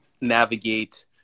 navigate